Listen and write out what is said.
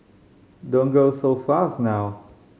don't go so fast now